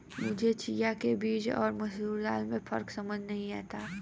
मुझे चिया के बीज और मसूर दाल में फ़र्क समझ नही आता है